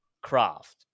craft